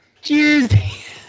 Cheers